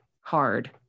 hard